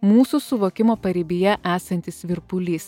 mūsų suvokimo paribyje esantis virpulys